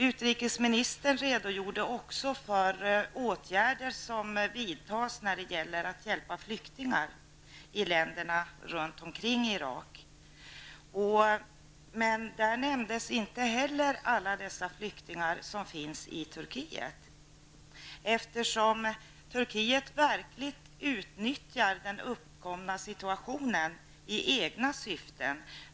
Utrikesministern redogjorde också för de åtgärder som har vidtagits för att hjälpa flyktingar i länderna runt Irak. Men inte heller i detta sammanhang nämndes alla de flyktingar som finns i Turkiet. Turkiet utnyttjar den uppkomna situationen i egna syften.